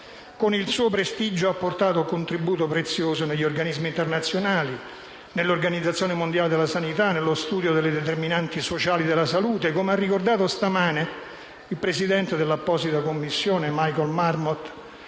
con il suo prestigio ha portato un contributo prezioso negli organismi internazionali, nell'Organizzazione mondiale della sanità (OMS) e nello studio delle determinanti sociali della salute - come ha ricordato stamani il Presidente dell'apposita commissione dell'OMS, Michael Marmot,